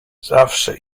zawsze